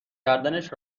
کردنش